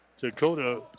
Dakota